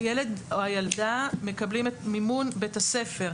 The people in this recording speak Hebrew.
הילד או הילדה מקבלים את מימון בית הספר,